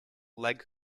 leg